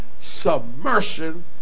submersion